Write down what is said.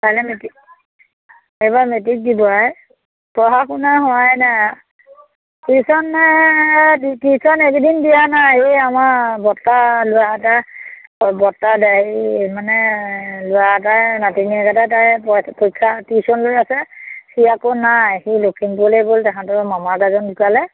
কাইলৈ মেট্ৰিক এইবাৰ মেট্ৰিক দিব আই পঢ়া শুনা হোৱাই নাই টিউশ্যনে টিউশ্যন এইকেইদিন দিয়া নাই এই আমাৰ বত্তা ল'ৰা এটা অ বৰ্তা দেৰি মানে ল'ৰা এটাই নাতিনিয়েক এটা তাই পৰীক্ষা টিউশ্যন লৈ আছে সি আকৌ নাই সি লখিমপুৰলৈ গ'ল তাহাতঁৰ মামাক এজন ঢুকালে